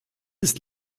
ist